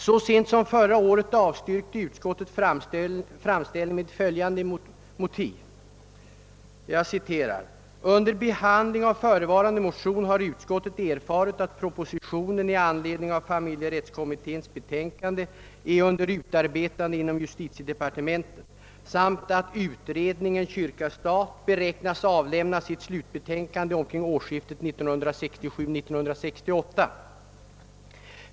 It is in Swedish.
Så sent som förra året avstyrkte utskottet framställningen med följande motivering: »Under bebandling av förevarande motion har ut skottet erfarit att proposition i anledning av familjerättskommitténs betänkande är under utarbetande inom justitiedepartementet samt att utredningen kyrka — stat beräknas avlämna sitt slutbetänkande omkring årsskiftet 1967— 1968.